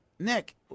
Nick